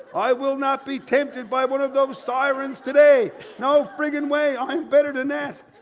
i will not be tempted by one of those sirens today. no friggin way. i'm better than that